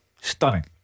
Stunning